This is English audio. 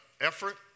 effort